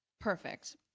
perfect